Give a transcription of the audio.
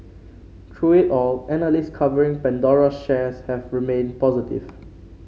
through it all analysts covering Pandora's shares have remained positive